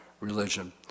religion